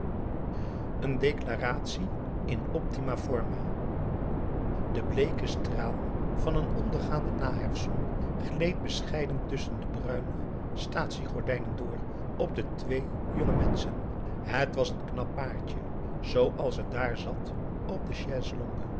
een declaratie in optima forma de bleeke straal van een ondergaande na herfstzon gleed bescheiden tusschen de bruine staatsiegordijnen door op de twee jonge menschen het was een knap paartje zooals het daar zat op de chaise